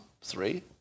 three